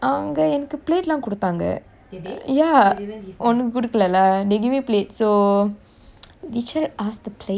ya உனக்கு கொடுக்கலை:unnaku kodukelai lah they give me plate so we shall ask the plate and then we eat there ya